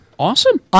Awesome